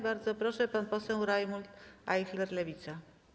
Bardzo proszę, pan poseł Romuald Ajchler, Lewica.